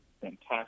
fantastic